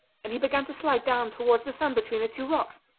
and he began to slide down towards the sand between the two rocks.